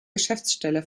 geschäftsstelle